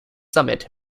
summit